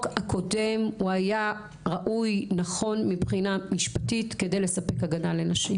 הקודם הוא היה ראוי נכון מבחינה משפטית כדי לספק הגנה לנשים.